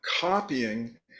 copying